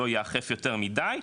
לא יאכף יותר מידי,